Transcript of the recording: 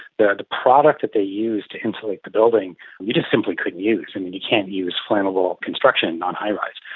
the the product that they used to insulate the building we just simply couldn't use. and and you can't use flammable construction on high-rise.